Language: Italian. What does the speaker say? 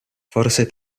forse